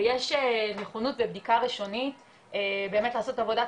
ויש נכונות ובדיקה ראשונית באמת לעשות עבודת